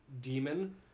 demon